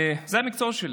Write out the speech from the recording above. זה המקצוע שלי,